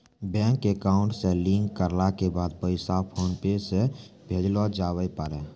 bank account से link करला के बाद पैसा फोनपे से भेजलो जावै पारै